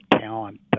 talent